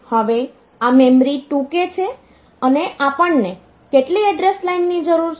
હવે આ memory 2k છે અને આપણને કેટલી એડ્રેસ લાઇનની જરૂર છે